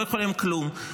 לא יכולים כלום.